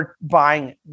buying